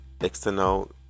external